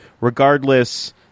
regardless